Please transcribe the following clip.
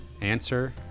answer